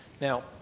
Now